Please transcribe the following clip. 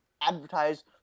advertise